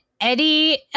Eddie